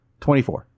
24